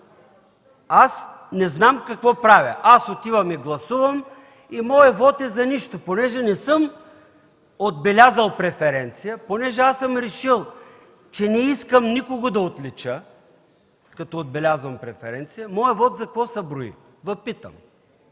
Аз не знам какво правя! Аз отивам и гласувам и моят вот е за нищо, понеже не съм отбелязал преференция, понеже аз съм решил, че не искам никого да отлича като отбелязвам преференция, моят вот за какво се брои, Ви питам?